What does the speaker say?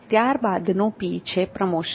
ત્યારબાદનો P છે promotion